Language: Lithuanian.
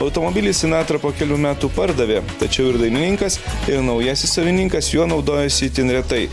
automobilį sinatrą po kelių metų pardavė tačiau ir dainininkas ir naujasis savininkas juo naudojosi itin retai